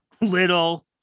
little